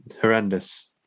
horrendous